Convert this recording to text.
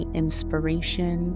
inspiration